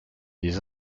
des